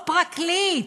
או פרקליט,